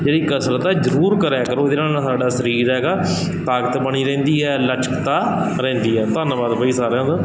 ਜਿਹੜੀ ਕਸਰਤ ਹੈ ਜ਼ਰੂਰ ਕਰਿਆ ਕਰੋ ਇਹਦੇ ਨਾਲ ਨਾ ਸਾਡਾ ਸਰੀਰ ਹੈਗਾ ਤਾਕਤ ਬਣੀ ਰਹਿੰਦੀ ਹੈ ਲਚਕਤਾ ਰਹਿੰਦੀ ਹੈ ਧੰਨਵਾਦ ਬਾਈ ਸਾਰਿਆਂ ਦਾ